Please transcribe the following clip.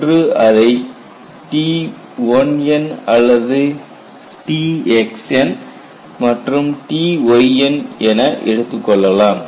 ஒன்று அதை T1n அல்லது Txn மற்றும் Tyn என எடுத்துக்கொள்ளலாம்